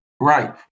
Right